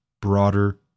broader